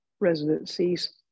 residencies